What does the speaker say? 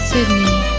Sydney